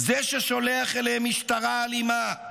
זה ששולח אליהם משטרה אלימה,